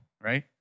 right